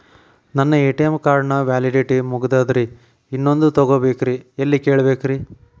ನನ್ನ ATM card ನ validity ಮುಗದದ್ರಿ ಇನ್ನೊಂದು ತೊಗೊಬೇಕ್ರಿ ಎಲ್ಲಿ ಕೇಳಬೇಕ್ರಿ?